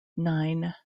nine